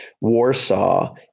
Warsaw